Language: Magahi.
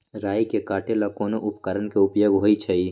राई के काटे ला कोंन उपकरण के उपयोग होइ छई?